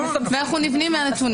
אנחנו נבנים מהם.